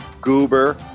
goober